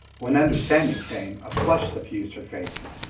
when understanding came, a flush suffused her face.